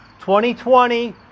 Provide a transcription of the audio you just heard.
2020